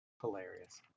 Hilarious